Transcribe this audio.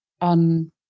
on